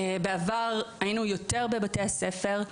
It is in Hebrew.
בעבר היינו יותר בבתי הספר.